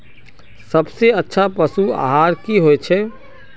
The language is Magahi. सबसे अच्छा पशु आहार की होचए?